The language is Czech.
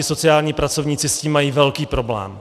Sociální pracovníci tam s tím mají velký problém.